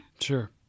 Sure